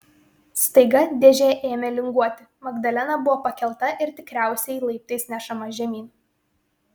staiga dėžė ėmė linguoti magdalena buvo pakelta ir tikriausiai laiptais nešama žemyn